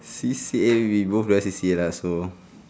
C_C_A we both don't have C_C_A lah so